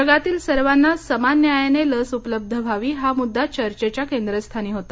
जगातील सर्वांना समान न्यायाने लस उपलब्ध व्हावी हा मुद्दा चर्चेच्या केंद्रस्थानी होता